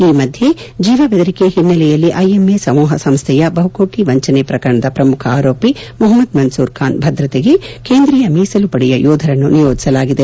ಈ ಮಧ್ಯೆ ಜೀವ ಬೆದರಿಕೆ ಹಿನ್ನೆಲೆಯಲ್ಲಿ ಐಎಂಎ ಸಮೂಹ ಸಂಸ್ಥೆಯ ಬಹುಕೋಟಿ ವಂಚನೆ ಪ್ರಕರಣದ ಶ್ರಮುಖ ಆರೋಪಿ ಮುಷಮ್ನದ್ ಮನ್ಸೂರ್ ಖಾನ್ ಭದ್ರತೆಗೆ ಕೇಂದ್ರೀಯ ಮೀಸಲು ಪಡೆಯ ಯೋಧರನ್ನು ನಿಯೋಜಿಸಲಾಗಿದೆ